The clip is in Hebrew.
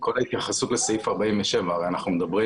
כל ההתייחסות לסעיף 47. אנחנו הרי מדברים